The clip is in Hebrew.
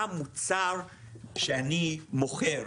מה המוצר שאני מוכר,